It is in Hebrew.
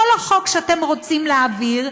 כל החוק שאתם רוצים להעביר,